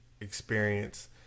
experience